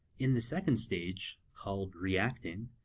in the second stage, called reacting,